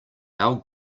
our